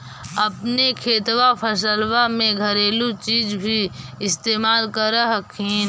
अपने खेतबा फसल्बा मे घरेलू चीज भी इस्तेमल कर हखिन?